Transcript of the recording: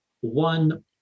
one